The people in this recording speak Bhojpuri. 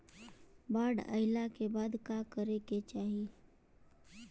बाढ़ आइला के बाद का करे के चाही?